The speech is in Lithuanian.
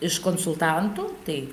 iš konsultantų tai